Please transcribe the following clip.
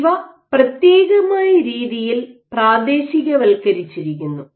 ഇവ പ്രത്യേകമായരീതിയിൽ പ്രാദേശികവൽക്കരിച്ചിരിക്കുന്നു